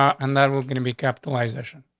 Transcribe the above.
and that we're gonna be capitalization.